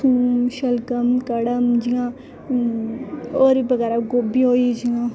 थोम शलगम कड़म जि'यां होर बगैरा गोभी होई गेई